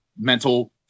mental